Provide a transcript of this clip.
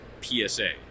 PSA